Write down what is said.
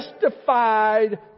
justified